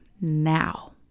now